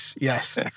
Yes